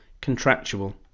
Contractual